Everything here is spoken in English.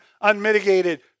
unmitigated